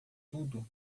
tudo